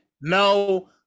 no